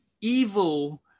evil